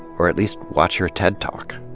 or at least watch her ted talk.